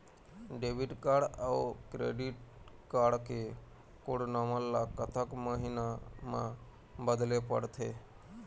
Debit card अऊ credit card के code number ला कतक महीना मा बदले पड़थे?